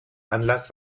anlass